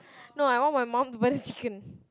no I want my mum to buy the chicken